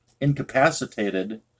incapacitated